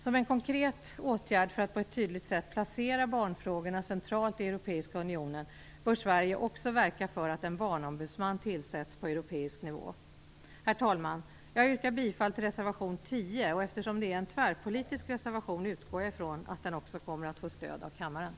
Som en konkret åtgärd för att på ett tydligt sätt placera barnfrågorna centralt i den europeiska unionen, bör Sverige också verka för att en barnombudsman tillsätts på europeisk nivå. Herr talman! Jag yrkar bifall till reservation 10. Eftersom denna reservation är tvärpolitisk, utgår jag från att den också kommer att få stöd av kammaren.